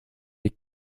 les